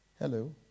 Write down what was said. Hello